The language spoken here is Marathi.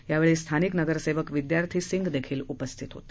यावेळी स्थानिक नगरसेवक विदयार्थी सिंह उपस्थित होते